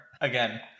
again